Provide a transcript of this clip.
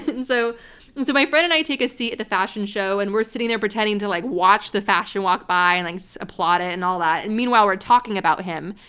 and so and so my friend and i take a seat at the fashion show and we're sitting there pretending to like watch the fashion walk by and like so applaud it and all that and meanwhile we're talking about him.